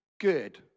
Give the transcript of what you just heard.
good